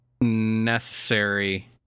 necessary